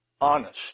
Honest